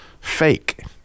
fake